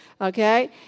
okay